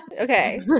Okay